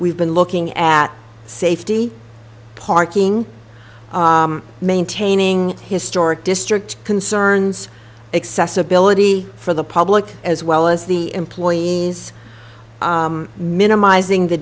we've been looking at safety parking maintaining historic district concerns accessibility for the public as well as the employees minimizing the